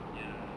ya